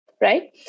right